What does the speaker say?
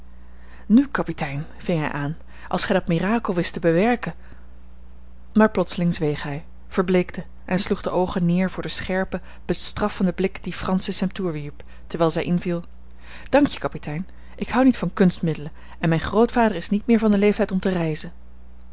nu kapitein ving hij aan als gij dat mirakel wist te bewerken maar plotseling zweeg hij verbleekte en sloeg de oogen neer voor den scherpen bestraffenden blik dien francis hem toewierp terwijl zij inviel dankje kapitein ik houd niet van kunstmiddelen en mijn grootvader is niet meer van den leeftijd om te reizen